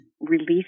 release